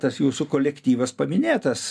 tas jūsų kolektyvas paminėtas